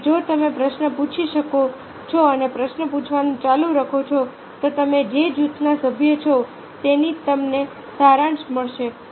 જેમ કે જો તમે પ્રશ્ન પૂછી શકો છો અને પ્રશ્ન પૂછવાનું ચાલુ રાખો છો તો તમે જે જૂથના સભ્ય છો તેનો તમને સારાંશ મળશે